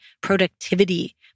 productivity